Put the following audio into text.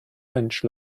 lynch